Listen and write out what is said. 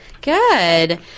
Good